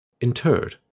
interred